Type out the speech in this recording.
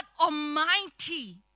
Almighty